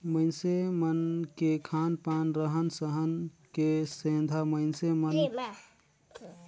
मइनसे मन के खान पान, रहन सहन के सेंधा मइनसे मन के तबियत पानी हर आय दिन बिगड़त रथे